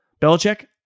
Belichick